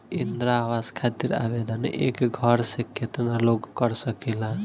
इंद्रा आवास खातिर आवेदन एक घर से केतना लोग कर सकेला?